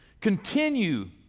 Continue